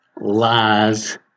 lies